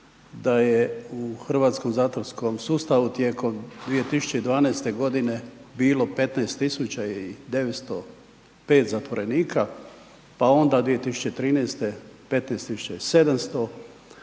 da je hrvatskom zatvorskom sustavu tijekom 2012.g. bilo 15905 zatvorenika, pa onda 2013. 15700,